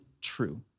true